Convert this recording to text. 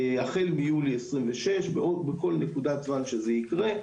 החל מיולי 2026 או בכל נקודת זמן שבה זה יקרה,